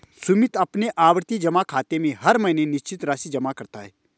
सुमित अपने आवर्ती जमा खाते में हर महीने निश्चित राशि जमा करता है